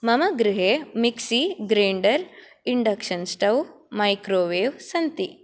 मम गृहे mixie grinder induction stove microwave सन्ति